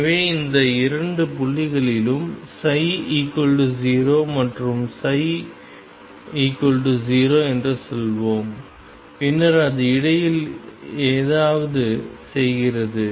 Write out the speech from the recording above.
எனவே இந்த இரண்டு புள்ளிகளிலும் ψ0 மற்றும் ψ0 என்று சொல்வோம் பின்னர் அது இடையில் ஏதாவது செய்கிறது